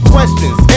Questions